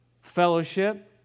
fellowship